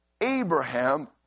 Abraham